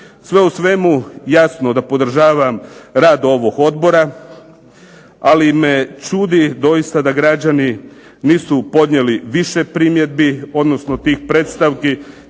Sve u svemu jasno da podržavam rad ovog odbora, ali me čudi doista da građani nisu podnijeli više primjedbi odnosno tih predstavki